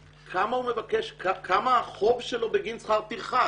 הוא צריך להציג כמה החוב שלו בגין שכר טרחה,